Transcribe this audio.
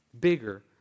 bigger